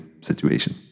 situation